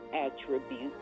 attributes